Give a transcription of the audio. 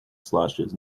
slashes